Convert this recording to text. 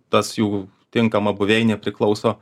tas jų tinkama buveinė priklauso